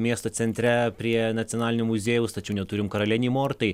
miesto centre prie nacionalinio muziejaus tačiau neturim karalienei mortai